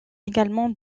également